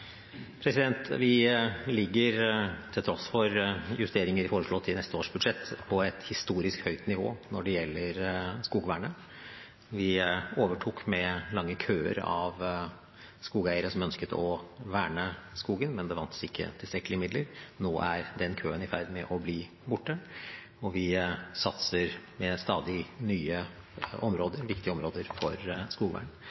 Vi ligger, til tross for justeringer foreslått i neste års budsjett, på et historisk høyt nivå når det gjelder skogvernet. Vi overtok lange køer av skogeiere som ønsket å verne skogen, men det fantes ikke tilstrekkelig midler. Nå er den køen i ferd med å bli borte, og vi satser på stadig nye